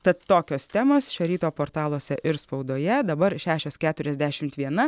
tad tokios temos šio ryto portaluose ir spaudoje dabar šešios keturiasdešimt viena